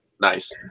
Nice